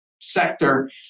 sector